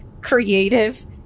creative